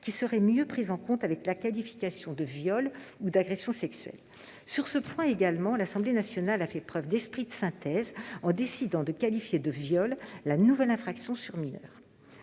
qui serait mieux prise en compte avec la qualification de viol ou d'agression sexuelle. Sur ce point également, l'Assemblée nationale a fait preuve d'esprit de synthèse en décidant de qualifier de viol la nouvelle infraction sexuelle